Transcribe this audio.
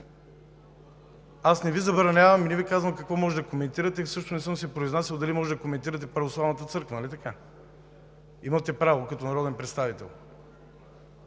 Аз не Ви забранявам и не Ви казвам какво може да коментирате. Също не съм се произнасял дали може да коментирате Православната църква, нали така? А имате право като народен представител.